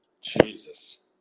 Jesus